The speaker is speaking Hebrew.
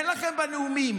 אין לכם בנאומים.